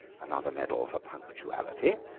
another medal for punctuality,